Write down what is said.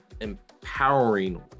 empowering